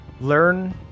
learn